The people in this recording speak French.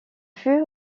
fut